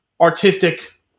artistic